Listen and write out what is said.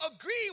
agree